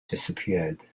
disappeared